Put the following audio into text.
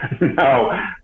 No